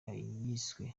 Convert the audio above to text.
yiswe